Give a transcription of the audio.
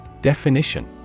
Definition